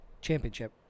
championship